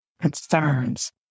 concerns